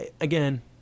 Again